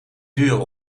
duren